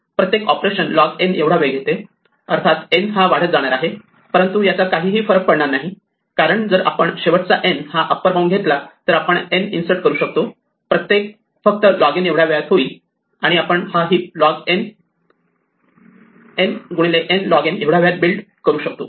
प्रत्येक operation log n एवढा वेळ घेते अर्थात n हा वाढत जाणार आहे परंतु याचा काही फरक पडणार नाही कारण जर आपण शेवटचा n हा अप्पर बाउंड घेतला तर आपण n इन्सर्ट करू शकतो प्रत्येक फक्त लॉग n एवढ्या वेळात होईल आणि आपण हा हिप n लॉग n एवढ्या वेळात बिल्ड करू शकतो